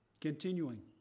Continuing